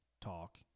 talk